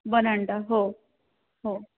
व्हरांडा हो हो